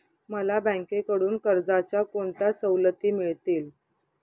मला बँकेकडून कर्जाच्या कोणत्या सवलती मिळतील?